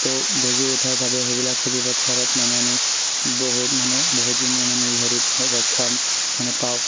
তো গজি উঠাৰ বাবে সেইবিলাক খেতিপথাৰত মানে আমি বহুত মানে বহুত গুণীয় মানে এই হেৰি কৰোঁ ৰক্ষা মানে পাওঁ